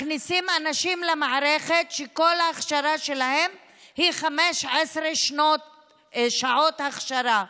מכניסים אנשים למערכת שכל ההכשרה שלהם היא 15 שעות הכשרה.